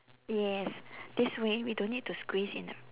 yes this way we don't need to squeeze in the